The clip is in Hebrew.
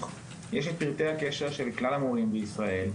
יש את פרטי הקשר של כלל המורים בישראל.